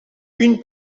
une